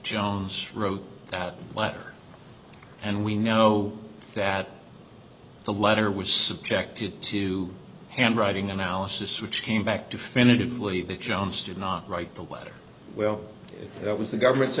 john's wrote that letter and we know that the letter was subjected to handwriting analysis which came back to finish the johnston not write the letter well it was the government's